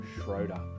Schroeder